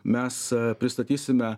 mes pristatysime